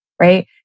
right